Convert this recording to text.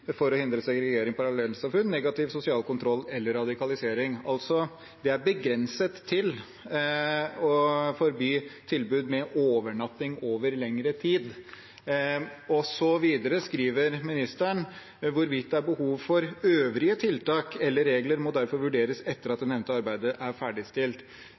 å hindre segregering, parallellsamfunn, negativ sosial kontroll eller radikalisering. Det er altså begrenset til å forby tilbud med overnatting over lengre tid. Videre skriver statsråden: «Hvorvidt det er behov for øvrige tiltak eller regler må derfor vurderes etter at nevnte arbeid er ferdigstilt.»